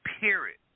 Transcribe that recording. period